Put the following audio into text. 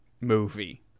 movie